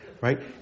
right